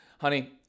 honey